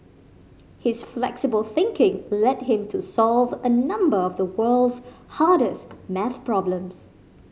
his flexible thinking led him to solve a number of the world's hardest maths problems